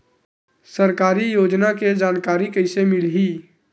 सरकारी योजना के जानकारी कइसे मिलही?